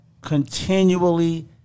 continually